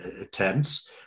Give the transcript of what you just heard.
attempts